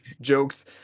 jokes